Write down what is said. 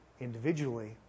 individually